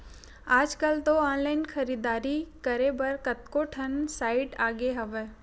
आजकल तो ऑनलाइन खरीदारी करे बर कतको ठन साइट आगे हवय